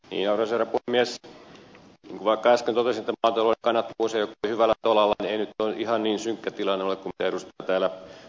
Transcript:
vaikka äsken totesin että maatalouden kannattavuus ei ole kovin hyvällä tolalla niin ei nyt ihan niin synkkä tilanne ole kuin edustaja täällä maalaili